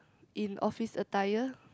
in office attire